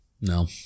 No